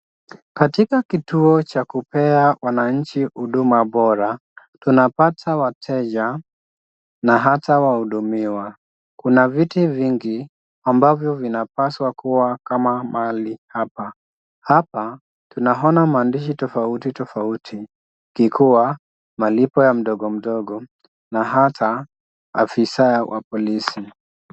Katika kituo cha kupea wananchi huduma bora, tunapata wateja na hata wahudumiwa. Kuna viti vingi ambavyo vinapaswa kuwa kama mali hapa. Hapa tunaona maandishi tofauti tofauti, kikuwa malipo ya mdogomdogo na hata afisa wa polisi.